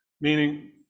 meaning